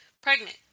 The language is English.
pregnant